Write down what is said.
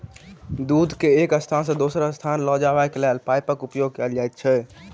दूध के एक स्थान सॅ दोसर स्थान ल जयबाक लेल पाइपक उपयोग कयल जाइत छै